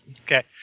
okay